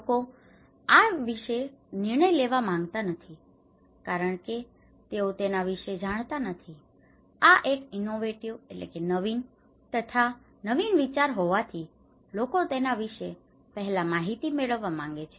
લોકો આ વિશે નિર્ણય લેવા માંગતા નથી કારણ કે તેઓ તેના વિશે જાણતા નથી આ એક ઇનોવેટિવ innovative નવીન તથા નવીન વિચાર હોવાથી લોકો તેના વિશે પહેલા માહિતી મેળવવા માંગે છે